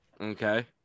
Okay